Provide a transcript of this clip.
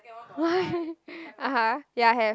why (uh huh) ya have